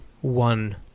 One